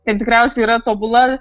ten tikriausiai yra tobula